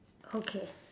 okay